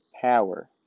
power